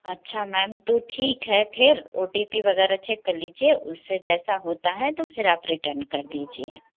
अच्छा मैम तो ठीक है फिर ओ टी पी वग़ैरह चेक कर लीजिए उससे जैसा होता है तो फिर आप रिटर्न कर दीजिए